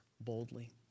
boldly